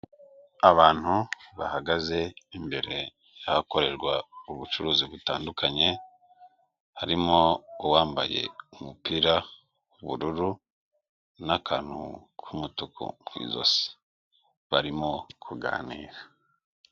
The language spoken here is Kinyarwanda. Abantu bahagaze imbere y'ahakorerwa ubucuruzi butandukanye, harimo uwambaye umupira w'ubururu n'akantu k'umutuku ku ijosi barimo kuganira.